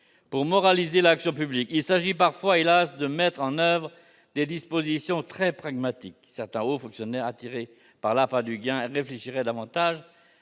Pour moraliser l'action publique, il convient parfois- hélas ! -de mettre en oeuvre des dispositions très pragmatiques. Certains hauts fonctionnaires attirés par l'appât du gain réfléchiraient davantage